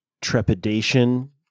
trepidation